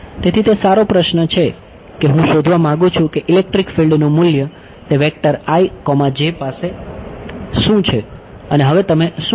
તેથી તે સારો પ્રશ્ન છે કે હું શોધવા માંગુ છું કે ઇલેક્ટ્રિક ફિલ્ડ નું મૂલ્ય તે વેક્ટર પાસે શું છે અને હવે તમે શું કરશો